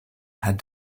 had